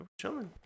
Chilling